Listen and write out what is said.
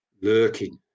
Lurking